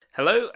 Hello